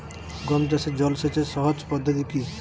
গম চাষে জল সেচের সহজ পদ্ধতি কি?